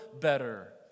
better